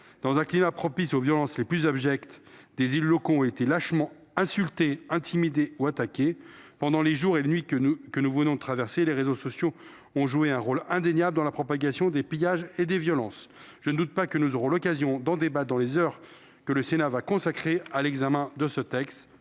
Dans un climat propice aux violences les plus abjectes, des élus locaux ont été lâchement insultés, intimidés ou attaqués. Pendant les jours et les nuits que nous venons de traverser, les réseaux sociaux ont joué un rôle indéniable dans la propagation des pillages et des violences. Je ne doute pas que nous aurons l’occasion d’en débattre durant l’examen de ce texte,